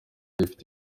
rifite